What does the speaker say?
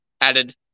added